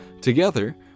Together